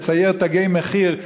לצייר "תגי מחיר",